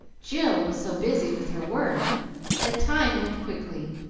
jill was so busy with her work that time went quickly,